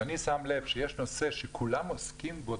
כשאני שם לב שיש נושא שכולם עוסקים בו,